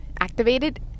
activated